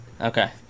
Okay